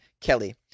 Kelly